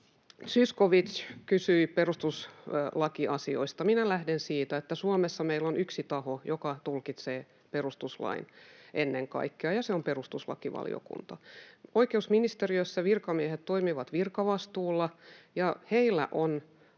Zyskowicz kysyi perustuslakiasioista. Minä lähden siitä, että meillä Suomessa on yksi taho, joka tulkitsee perustuslain ennen kaikkea, ja se on perustuslakivaliokunta. Oikeusministeriössä virkamiehet toimivat virkavastuulla, ja heillä on